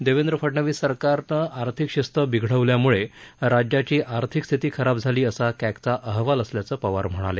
देवेंद्र फडणवीस सरकारनं आर्थिक शिस्त बिघडवल्यामुळे राज्याची आर्थिक स्थिती खराब झाली असा कॅगचा अहवाल असल्याचं पवार म्हणाले